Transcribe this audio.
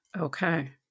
Okay